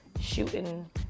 shooting